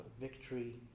victory